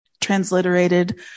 transliterated